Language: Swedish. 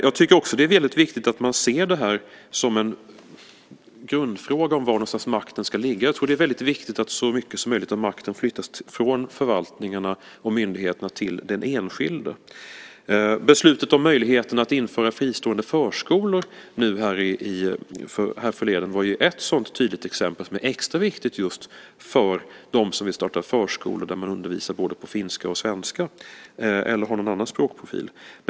Jag tycker också att det är väldigt viktigt att man ser det här som en grundfråga om var någonstans makten ska ligga. Jag tror att det är väldigt viktigt att så mycket som möjligt av makten flyttas från förvaltningarna och myndigheterna till den enskilde. Beslutet om möjlighet att införa fristående förskolor härförleden var ju ett sådant tydligt exempel som är extra viktigt just för dem som vill starta förskolor där man undervisar på både finska och svenska eller har någon annan språkprofil.